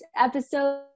episode